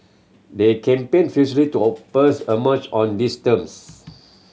they campaigned furiously to oppose a merger on these terms